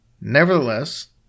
Nevertheless